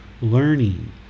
learning